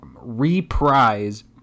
reprise